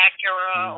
Acura